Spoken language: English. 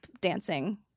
dancing